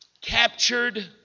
captured